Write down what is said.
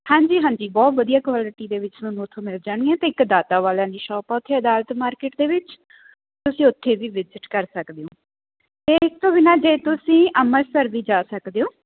ਹਾਂਜੀ ਹਾਂਜੀ ਬਹੁਤ ਵਧੀਆ ਕੁਆਲਿਟੀ ਦੇ ਵਿੱਚ ਤੁਹਾਨੂੰ ਉੱਥੋਂ ਮਿਲ ਜਾਣੀਆਂ ਅਤੇ ਇੱਕ ਦਾਤਾ ਵਾਲਿਆਂ ਦੀ ਸ਼ੋਪ ਆ ਉੱਥੇ ਅਦਾਲਤ ਮਾਰਕੀਟ ਦੇ ਵਿੱਚ ਤੁਸੀਂ ਉੱਥੇ ਦੀ ਵਿਜਿਟ ਕਰ ਸਕਦੇ ਓਂ ਅਤੇ ਇਸ ਤੋਂ ਬਿਨਾਂ ਜੇ ਤੁਸੀਂ ਅੰਮ੍ਰਿਤਸਰ ਵੀ ਜਾ ਸਕਦੇ ਓਂ